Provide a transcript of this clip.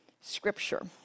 scripture